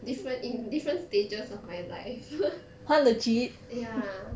different in different stages of my life ya